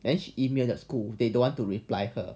then she email the school they don't want to reply her